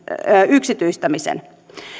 yksityistämisen